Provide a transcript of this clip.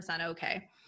okay